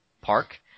Park